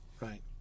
right